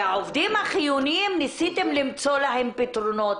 העובדים החיוניים ניסיתם למצוא להם פתרונות